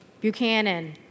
Buchanan